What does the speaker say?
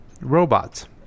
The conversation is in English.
robots